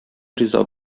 риза